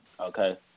okay